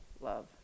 love